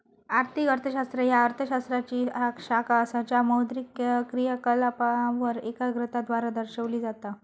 आर्थिक अर्थशास्त्र ह्या अर्थ शास्त्राची शाखा असा ज्या मौद्रिक क्रियाकलापांवर एकाग्रता द्वारा दर्शविला जाता